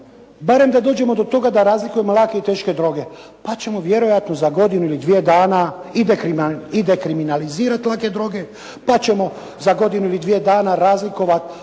Barem da dođemo do toga da razlikujemo lake i teške droge. Pa ćemo vjerojatno za godinu ili dvije dana i dekriminalizirati lake droge, da ćemo za godinu ili dvije dana razlikovati